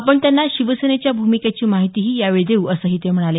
आपण त्यांना शिवसेनेच्या भूमिकेची माहितीही यावेळी देऊ असंही ते म्हणाले